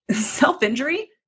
self-injury